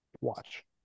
Watch